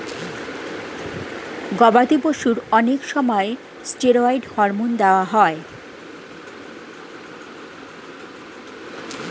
গবাদি পশুর অনেক সময় স্টেরয়েড হরমোন দেওয়া হয়